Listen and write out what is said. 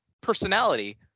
personality